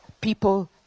people